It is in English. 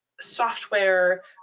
software